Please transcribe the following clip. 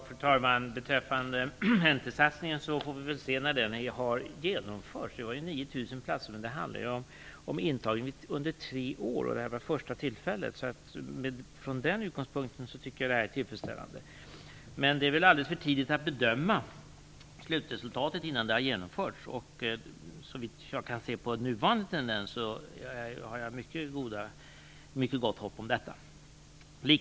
Fru talman! Beträffande NT-satsningen får vi väl se resultatet när den har genomförts. Antalet platser är 9 000, men det handlar ju om intagning under tre år, och detta var fösta tillfället. Utifrån den utgångspunkten tycker jag att det har varit tillfredsställande. Men det är alldeles för tidigt att bedöma slutresultatet innan utbildningen har genomförts. Såvitt jag kan se av nuvarande tendens har jag likväl ett mycket gott hopp om detta.